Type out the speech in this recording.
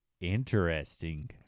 interesting